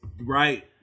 right